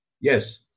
Yes